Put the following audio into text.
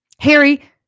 Harry